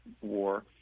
war